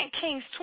Kings